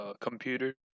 computer